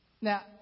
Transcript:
Now